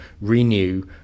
renew